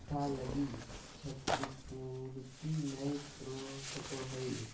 घटा लगी क्षतिपूर्ति नैय कर सको हइ